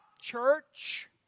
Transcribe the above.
church